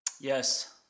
yes